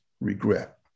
regret